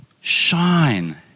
shine